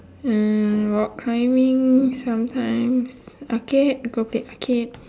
uh rock climbing sometimes arcade go play arcade